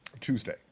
Tuesday